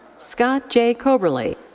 scott j coberly.